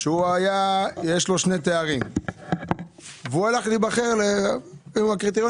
יש לו שני תארים והוא הלך להיבחר לפי הקריטריונים